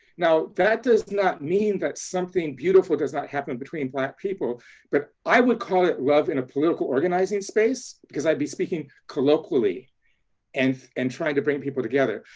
now, that does not mean that something beautiful does not happen between black people but i would call it love in a political organizing space because i'd be speaking colloquially and and trying to bring people together.